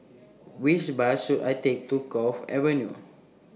Which Bus should I Take to Cove Avenue